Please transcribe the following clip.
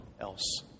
else